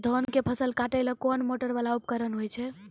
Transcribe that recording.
धान के फसल काटैले कोन मोटरवाला उपकरण होय छै?